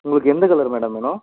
உங்களுக்கு எந்த colour madam வேணும்